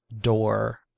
door